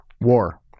War